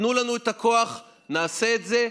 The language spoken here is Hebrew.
תיתנו לנו את הכוח, נעשה את זה.